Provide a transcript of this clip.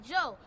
Joe